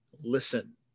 listen